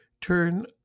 turn